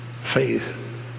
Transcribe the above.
faith